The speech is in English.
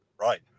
Right